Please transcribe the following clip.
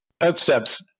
Outsteps